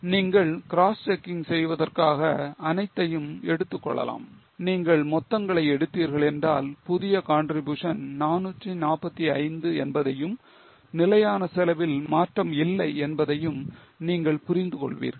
நீங்கள் cross checking செய்வதற்காக அனைத்தையும் எடுத்துக்கொள்ளலாம் நீங்கள் மொத்தங்களை எடுத்தீர்கள் என்றால் புதிய contribution 445 என்பதையும் நிலையான செலவில் மாற்றம் இல்லை என்பதையும் நீங்கள் புரிந்து கொள்வீர்கள்